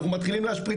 אנחנו מתחילים להשפריץ,